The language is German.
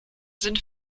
sind